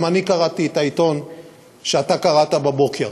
גם אני קראתי את העיתון שאתה קראת בבוקר.